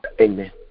Amen